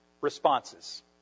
responses